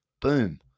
Boom